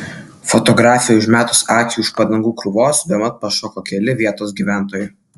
fotografei užmetus akį už padangų krūvos bemat pašoko keli vietos gyventojai